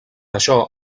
això